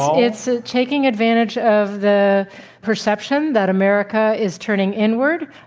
it's ah taking advantage of the perception that america is turning inward,